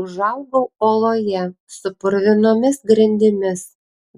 užaugau oloje su purvinomis grindimis